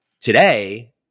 today